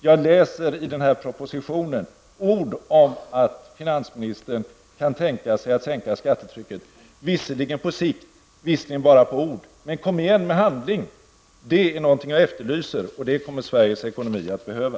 Jag läser i den här propositionen ord om att finansministern kan tänka sig att sänka skattetrycket -- visserligen på sikt och visserligen bara i ord. Men kom igen med handling! Det är vad jag efterlyser, och det kommer Sveriges ekonomi att behöva.